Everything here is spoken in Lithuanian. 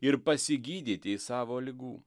ir pasigydyti į savo ligų